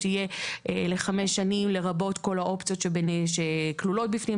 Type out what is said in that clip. תהיה לחמש שנים לרבות כל האופציות שכלולות בפנים.